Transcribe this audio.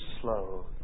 slow